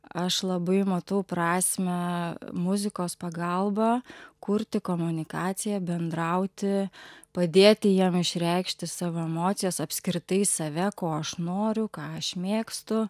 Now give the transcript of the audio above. aš labai matau prasmę muzikos pagalba kurti komunikaciją bendrauti padėti jiem išreikšti savo emocijas apskritai save ko aš noriu ką aš mėgstu